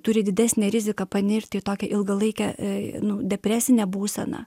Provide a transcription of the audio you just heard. turi didesnę riziką panirti į tokią ilgalaikę nu depresinę būseną